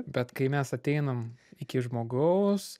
bet kai mes ateinam iki žmogaus